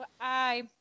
I-